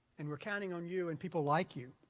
and we're counting on you and people like you